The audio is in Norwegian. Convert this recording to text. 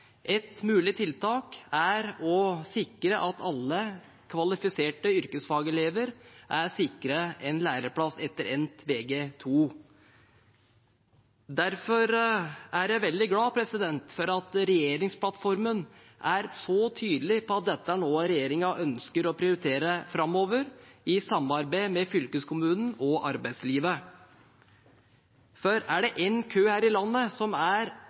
mulig tiltak er å sikre at alle kvalifiserte yrkesfagelever er sikret en læreplass etter endt vg2. Derfor er jeg veldig glad for at regjeringsplattformen er så tydelig på at dette er noe regjeringen ønsker å prioritere framover, i samarbeid med fylkeskommunene og arbeidslivet. For er det én kø her i landet som er